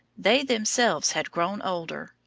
they themselves had grown older,